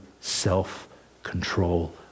self-control